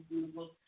Google